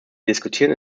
diskutieren